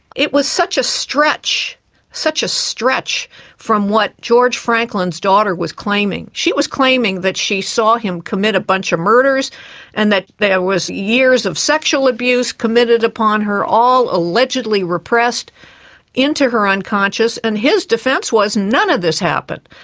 it was such a stretch such a stretch from what george franklin's daughter was claiming. she was claiming that she saw him commit a bunch of murders and that there was years of sexual abuse committed upon her, all allegedly repressed into her unconscious. and his defence was that none of this happened.